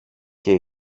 και